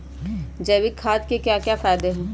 जैविक खाद के क्या क्या फायदे हैं?